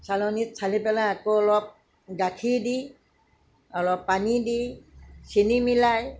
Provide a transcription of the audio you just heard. চালনিত চালি পেলাই আকৌ অলপ গাখীৰ দি অলপ পানী দি চেনি মিলাই